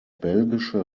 belgische